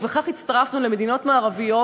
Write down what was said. ובכך הצטרפנו למדינות מערביות.